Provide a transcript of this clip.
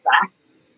facts